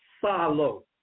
Follow